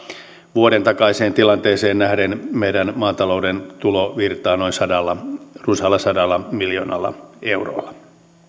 vuoden takaiseen tilanteeseen nähden meidän maatalouden tulovirtaa runsaalla sadalla miljoonalla eurolla sitten